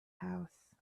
house